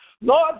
Lord